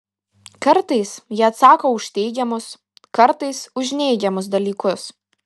kartais ji atsako už teigiamus kartais už neigiamus dalykus